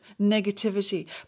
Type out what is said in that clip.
negativity